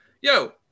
Yo